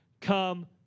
Come